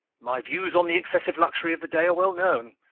my views on the excessive luxury of the day are well known,